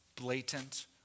blatant